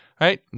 Right